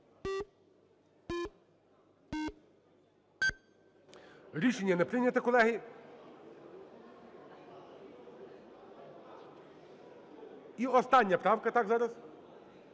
Рішення не прийнято, колеги. І остання правка зараз.